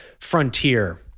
frontier